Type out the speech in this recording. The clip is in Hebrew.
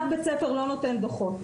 אף בית ספר לא נותן דוחות.